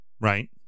Right